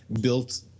built